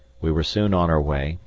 we were soon on our way,